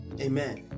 Amen